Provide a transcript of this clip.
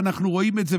ואנחנו רואים את זה,